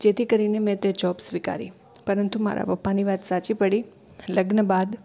જેથી કરીને મેં તે જૉબ સ્વીકારી પરંતુ મારા પપ્પાની વાત સાચી પડી લગ્ન બાદ